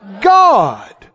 God